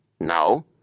No